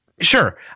Sure